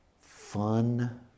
fun